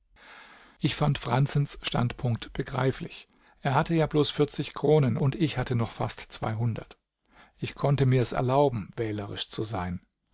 ich fand franzens standpunkt begreiflich er hatte ja bloß vierzig kronen und ich hatte noch fast zweihundert ich konnte mir's erlauben wählerisch zu sein